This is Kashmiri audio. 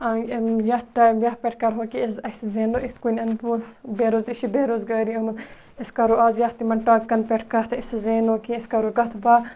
یَتھ یَتھ پٮ۪ٹھ کَرہو کہِ اَسہِ زینو یِتھ کٔنۍ پونٛسہٕ بےٚ روز تہٕ أسۍ چھِ بےٚ روزگٲری یِمہٕ أسۍ کَرو آز یَتھ تِمَن ٹاپۍکَن پٮ۪ٹھ کَتھ أسۍ زینو کیٚنٛہہ أسۍ کَرو کَتھٕ بَہہ